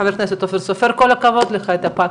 חבר הכנסת אופיר סופר, כל הכבוד לך, התאפקת.